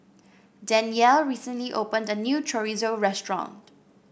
Danyell recently opened a new Chorizo restaurant